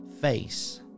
face